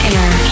Air